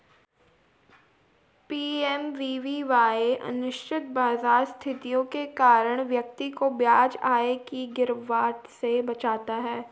PMVVY अनिश्चित बाजार स्थितियों के कारण व्यक्ति को ब्याज आय की गिरावट से बचाता है